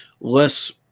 less